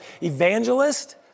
Evangelist